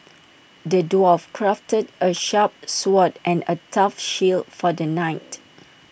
the dwarf crafted A sharp sword and A tough shield for the knight